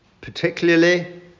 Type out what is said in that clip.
particularly